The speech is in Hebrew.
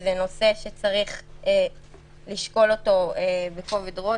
שזה נושא שצריך לשקול אותו בכובד ראש,